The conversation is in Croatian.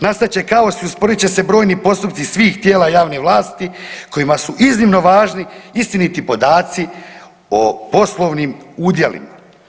Nastat će kaos i usporit će se brojni postupci svih tijela javne vlasti kojima su iznimno važni istiniti podaci o poslovnim udjelima.